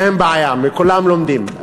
אין בעיה, מכולם לומדים.